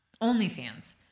OnlyFans